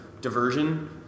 diversion